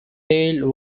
tail